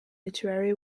literary